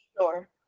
Sure